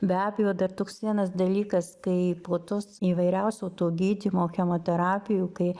be abejo dar toks vienas dalykas kai po tos įvairiausių to gydymo chemoterapijų kai